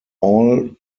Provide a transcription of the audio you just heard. all